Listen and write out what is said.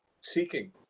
seeking